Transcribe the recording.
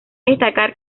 destacar